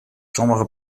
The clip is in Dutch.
sommige